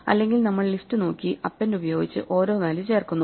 അല്ലെങ്കിൽ നമ്മൾ ലിസ്റ്റ് നോക്കി അപ്പെൻഡ് ഉപയോഗിച്ച് ഓരോ വാല്യൂ ചേർക്കുന്നു